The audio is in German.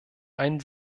einen